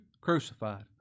crucified